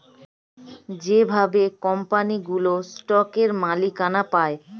যেভাবে কোম্পানিগুলো স্টকের মালিকানা পায়